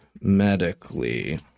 medically